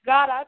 God